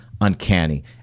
uncanny